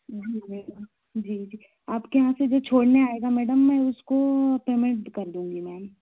जी ma'am जी जी आपके यहाँ से जो छोड़ने आएगा मैडम मैं उसको पेमेंट कर दूँगी मैम